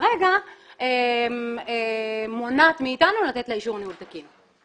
שכרגע מונעת מאתנו לתת לה אישור ניהול תקין.